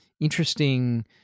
interesting